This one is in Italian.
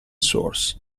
source